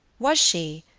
was she,